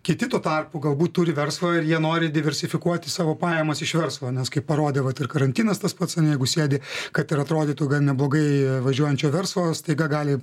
kiti tuo tarpu galbūt turi verslo ir jie nori diversifikuoti savo pajamas iš verslo nes kaip parodė vat ir karantinas tas pats jeigu sėdi kad ir atrodytų gan neblogai važiuojančio verslo staiga gali